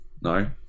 No